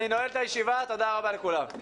אני נועל את הישיבה, תודה רבה לכולם.